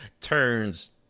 turns